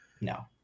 No